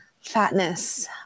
fatness